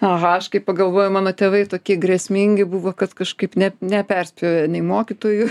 aha aš kai pagalvoju mano tėvai tokie grėsmingi buvo kad kažkaip ne neperspjovė nei mokytojų